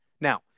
now